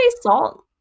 salt